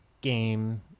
game